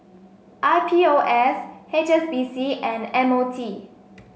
I P O S H S B C and M O T